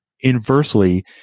inversely